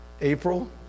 April